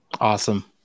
Awesome